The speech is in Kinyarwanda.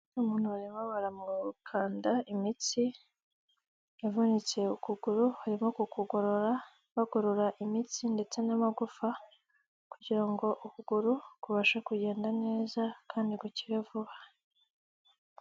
Umuntu barimo baramukanda imitsi yavunitse ukuguru barimo kukugorora bagorora imitsi ndetse n'amagufa kugira ngo ukuguru kubabashe kugenda neza kandi gukire vuba.